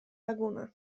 laguna